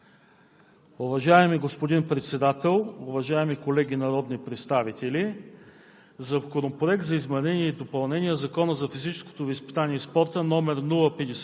Уважаеми господин Председател, уважаеми колеги народни представители!